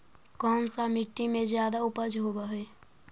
कोन सा मिट्टी मे ज्यादा उपज होबहय?